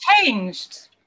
changed